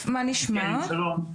שלום,